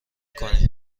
کنی